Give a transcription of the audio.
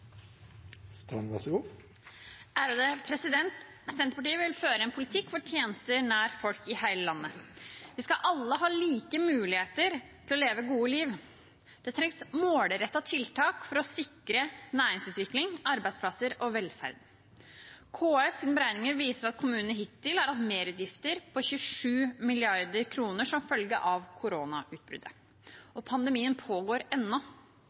Senterpartiet vil føre en politikk for tjenester nær folk i hele landet. Vi skal alle ha like muligheter til å leve et godt liv. Det trengs målrettede tiltak for å sikre næringsutvikling, arbeidsplasser og velferd. KS sine beregninger viser at kommunene hittil har hatt merutgifter på 27